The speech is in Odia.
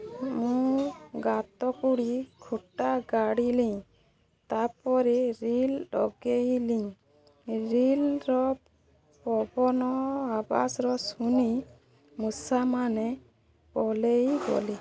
ମୁଁ ଗାତ କୁଡ଼ି ଖୁଟା ଗାଢ଼ିଲି ତା'ପରେ ରିଲ୍ ଲଗଅଇଲି ରିଲ୍ର ପବନ ଆବାଜ୍ର ଶୁଣି ମୂଷାମାନେ ଓଲ୍ହାଇ ଗଲେ